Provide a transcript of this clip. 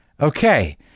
okay